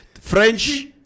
French